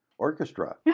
Orchestra